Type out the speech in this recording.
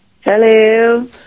hello